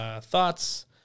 thoughts